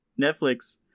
Netflix